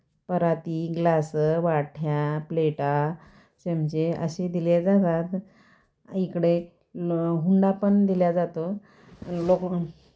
पराती ग्लासं वाट्या प्लेटा चमचे असे दिले जातात इकडे ल हुंडा पण दिला जातो लोकं